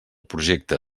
projecte